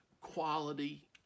quality